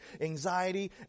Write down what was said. anxiety